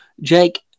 Jake